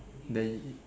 that it